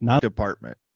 department